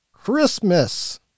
Christmas